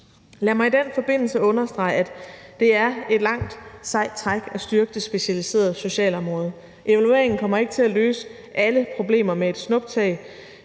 Lad mig i den forbindelse understrege, at det er et langt, sejt træk at styrke det specialiserede socialområde. Evalueringen kommer ikke til at løse alle problemer med et snuptag.